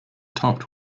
topped